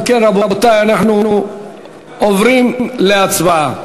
אם כן, רבותי, אנחנו עוברים להצבעה.